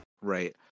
Right